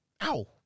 ow